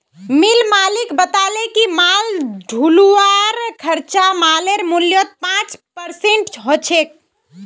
मिल मालिक बताले कि माल ढुलाईर खर्चा मालेर मूल्यत पाँच परसेंट ह छेक